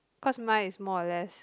cause mine is more or less